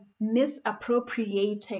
misappropriating